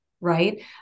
right